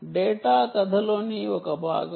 data కథలోని ఒక భాగం